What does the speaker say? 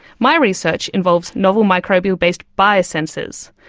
my research involves novel microbial-based biosensors.